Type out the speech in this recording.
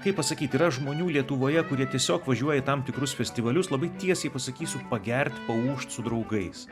kaip pasakyt yra žmonių lietuvoje kurie tiesiog važiuoja į tam tikrus festivalius labai tiesiai pasakysiu pagert paūžt su draugais